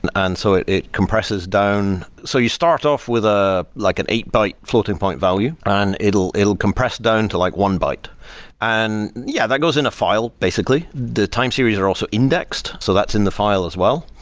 and and so it it compresses down. so you start off with ah like an eight byte floating-point value and it'll it'll compress down to like one byte and, yeah, that goes in a file basically. the time series are also indexed. so that's in the file as well.